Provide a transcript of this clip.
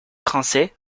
français